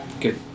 good